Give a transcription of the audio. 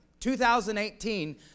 2018